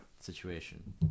Situation